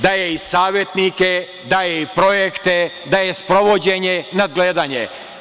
Daje i savetnike, daje i projekte, daje sprovođenje i nadgledanje.